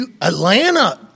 Atlanta